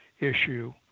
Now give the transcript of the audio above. issue